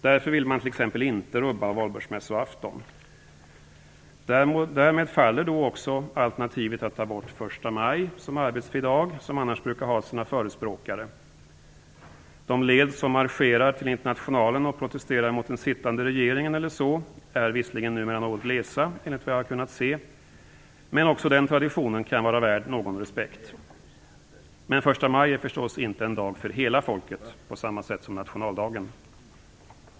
Därför vill man t.ex. inte rubba Valborgsmässoafton. Därmed faller då också alternativet att ta bort första maj som arbetsfri dag, som annars brukar ha sina förespråkare. De led som marscherar till Internationalen och protesterar mot den sittande regeringen eller så är visserligen numera något glesa, enligt vad jag har kunnat se. Men också den traditionen kan vara värd någon respekt. Men första maj är förstås inte en dag för hela folket på samma sätt som nationaldagen.